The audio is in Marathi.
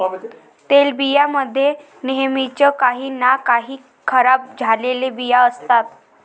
तेलबियां मध्ये नेहमीच काही ना काही खराब झालेले बिया असतात